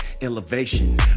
Elevation